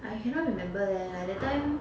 I cannot remember leh like that time